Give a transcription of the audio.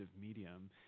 medium